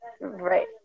Right